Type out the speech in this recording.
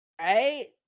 Right